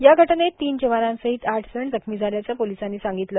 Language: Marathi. या घटनेत तीन जवानासहीत आठ जण जखमी झाल्याचं पोलिसांनी सांगितलं